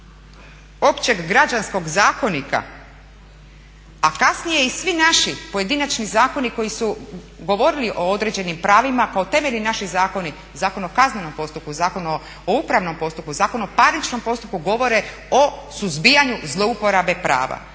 Općeg građanskog zakonika, a kasnije i svi naši pojedinačni zakoni koji su govorili o određenim pravima kao temeljni naši zakoni, Zakon o kaznenom postupku, Zakon o upravnom postupku, Zakon o parničnom postupku govore o suzbijanju zlouporabe prava,